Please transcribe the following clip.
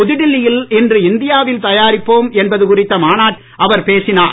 புதுடெல்லியில் இன்று இந்தியாவில் தயாரிப்போம் என்பது குறித்த மாநாட்டில் அவர் பேசினார்